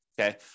okay